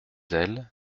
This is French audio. elle